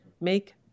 make